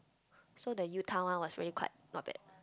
so the U-Town one was really quite not bad